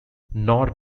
nor